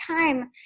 time